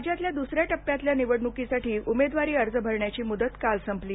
राज्यातल्या दुसऱ्या टप्प्यातल्या निवडणुकीसाठी उमेदवारी अर्ज भरण्याची मुदत काल संपली